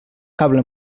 cable